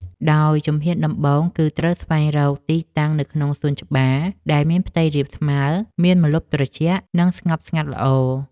ដោយជំហានដំបូង គឺត្រូវស្វែងរកទីតាំងនៅក្នុងសួនច្បារដែលមានផ្ទៃរាបស្មើ មានម្លប់ត្រជាក់ និងស្ងប់ស្ងាត់ល្អ។